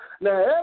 Now